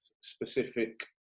specific